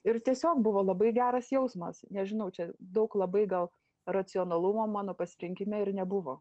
ir tiesiog buvo labai geras jausmas nežinau čia daug labai gal racionalumo mano pasirinkime ir nebuvo